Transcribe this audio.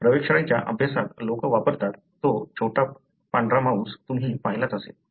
प्रयोगशाळेच्या अभ्यासात लोक वापरतात तो छोटा पांढरा माऊस तुम्ही पाहिलाच असेल